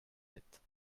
sept